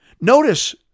Notice